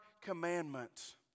commandments